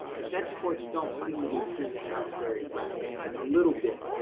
its exports don't seem to be trending up very rapidly. a little bit.